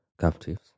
captives